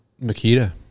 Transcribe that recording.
Makita